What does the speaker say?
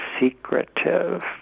secretive